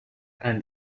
and